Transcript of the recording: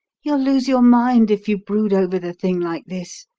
you'll lose your mind if you brood over the thing like this,